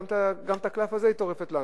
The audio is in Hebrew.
גם את הקלף הזה היא טורפת לנו.